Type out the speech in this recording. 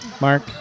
Mark